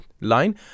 line